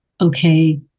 okay